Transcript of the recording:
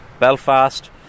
Belfast